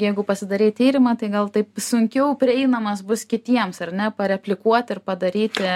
jeigu pasidarei tyrimą tai gal taip sunkiau prieinamas bus kitiems ar ne pareplikuoti padaryti